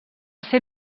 ser